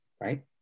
Right